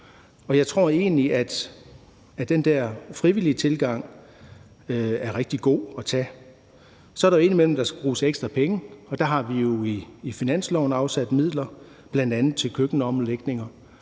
egentlig, at den der frivillige tilgang er rigtig god at tage. Så skal der indimellem bruges ekstra penge, og der har vi jo i finansloven afsat midler, bl.a. til køkkenomlægninger,